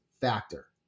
factor